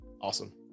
Awesome